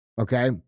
okay